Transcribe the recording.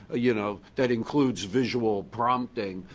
ah you know that includes visual prompting,